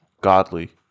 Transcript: godly